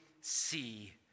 see